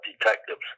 detectives